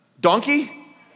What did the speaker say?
donkey